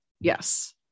yes